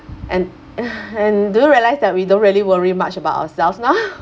and uh and do you realise that we don't really worry much about ourselves now